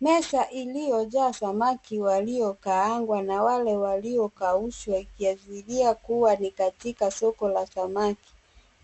Meza iliyojaa samaki waliokaangwa na wale waliokaushwa ikiashiria kuwa ni katika soko la samaki